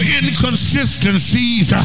inconsistencies